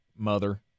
Mother